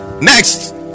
Next